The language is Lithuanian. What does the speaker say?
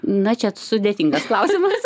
na čia sudėtingas klausimas